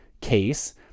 case